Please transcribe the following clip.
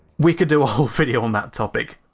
we could do a whole video on that topic.